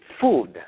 food